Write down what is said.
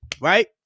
Right